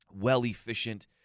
well-efficient